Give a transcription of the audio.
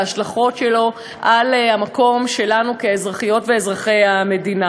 ההשלכות שלו על המקום שלנו כאזרחיות ואזרחי המדינה.